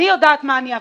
אני יודעת מה אני עברתי.